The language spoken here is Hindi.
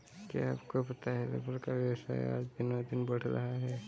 क्या आपको पता है रबर का व्यवसाय आज दिनोंदिन बढ़ रहा है?